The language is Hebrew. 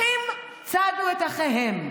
אחים צדו את אחיהם,